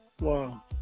Wow